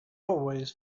always